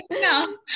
no